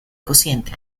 cociente